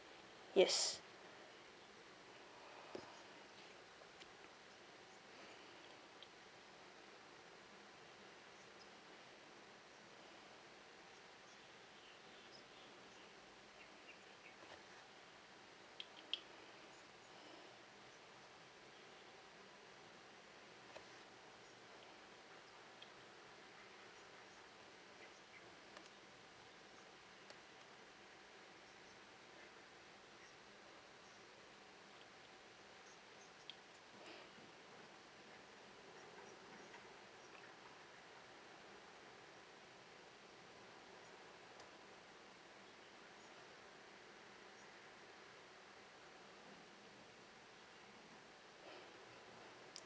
yes